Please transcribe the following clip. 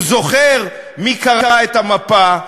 הוא זוכר מי קרא את המפה,